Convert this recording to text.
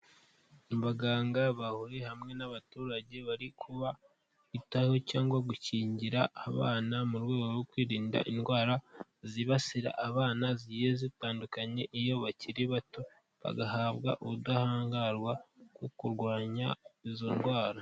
Abaganga bahuriye hamwe n'abaturage bari ku itabi cyangwa gukingira abana mu rwego rwo kwirinda indwara zibasira abana ziye zitandukanye, iyo bakiri bato bagahabwa ubudahangarwa bwo kurwanya izo ndwara.